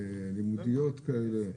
לימודיות כאלה.